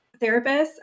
therapists